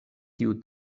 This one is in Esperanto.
tiu